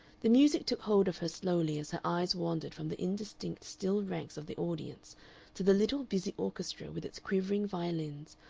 the music took hold of her slowly as her eyes wandered from the indistinct still ranks of the audience to the little busy orchestra with its quivering violins,